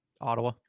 Ottawa